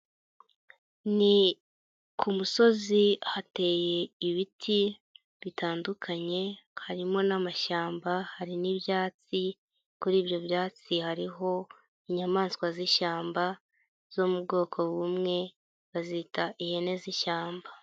Ni ku musozi hateye ibiti, bitandukanye, harimo n'amashyamba hari n'ibyatsi, kuri ibyo byatsi hariho inyamaswa z'ishyamba, zo mu bwoko bumwe bazita ihene z'ishyamba.